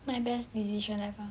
my best decision ever